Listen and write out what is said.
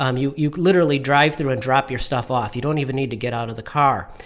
um you you literally drive through and drop your stuff off. you don't even need to get out of the car.